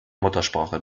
muttersprache